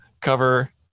Cover